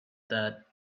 that